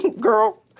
girl